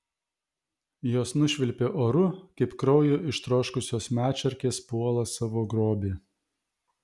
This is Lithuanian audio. jos nušvilpė oru kaip kraujo ištroškusios medšarkės puola savo grobį